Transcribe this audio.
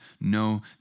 no